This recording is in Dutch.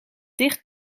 dicht